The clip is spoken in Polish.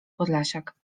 podlasiak